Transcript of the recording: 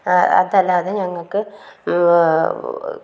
അതല്ലാതെ ഞങ്ങൾക്ക്